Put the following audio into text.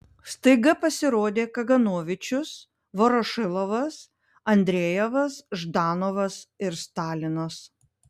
staiga pasirodė kaganovičius vorošilovas andrejevas ždanovas ir stalinas